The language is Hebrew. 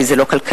כי זה לא כלכלי,